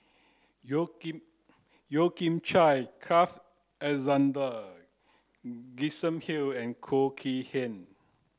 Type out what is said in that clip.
Yeo Kian Yeo Kian Chye Carl Alexander Gibson Hill and Khoo Kay Hian